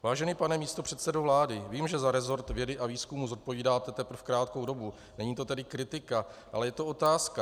Vážený pane místopředsedo vlády, vím, že za rezort vědy a výzkumu zodpovídáte teprve krátkou dobu, není to tedy kritika, ale je to otázka.